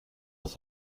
with